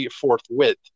forthwith